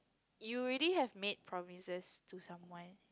you already have made promises to someone